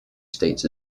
states